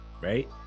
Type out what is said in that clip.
right